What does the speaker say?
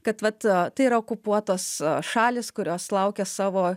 kad vat tai yra okupuotos šalys kurios laukia savo